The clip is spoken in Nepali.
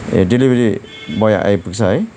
ए डेलिभरी बोय आइपुग्छ है